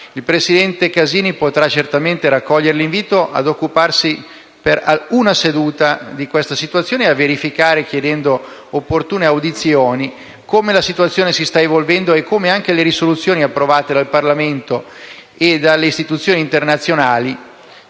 Il presidente Casini potrà certamente raccogliere l'invito ad occuparsi di questa situazione nel corso di una seduta e a verificare, chiedendo opportune audizioni, come la situazione si stia evolvendo e come le risoluzioni approvate dal Parlamento e dalle organizzazioni internazionali